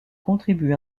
contribue